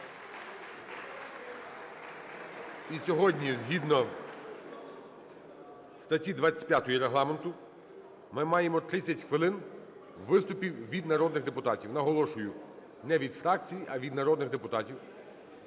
І сьогодні згідно статті 25 Регламенту ми маємо 30 хвилин виступів від народних депутатів. Наголошую: не від фракцій, а від народних депутатів.